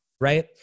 Right